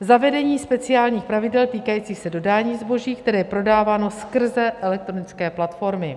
Zavedení speciálních pravidel týkajících se dodání zboží, které je prodáváno skrze elektronické platformy.